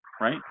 right